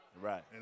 Right